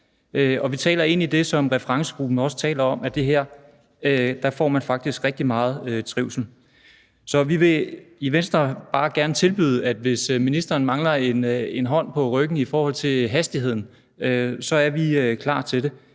og vi taler ind i det, som referencegruppen også taler om, nemlig at man her faktisk får rigtig meget trivsel. Så vi vil i Venstre bare gerne tilbyde, at hvis ministeren mangler en hånd på ryggen i forhold til hastigheden, så er vi klar til det,